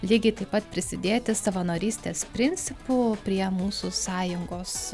lygiai taip pat prisidėti savanorystės principu prie mūsų sąjungos